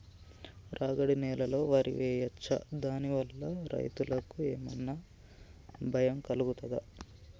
రాగడి నేలలో వరి వేయచ్చా దాని వల్ల రైతులకు ఏమన్నా భయం కలుగుతదా?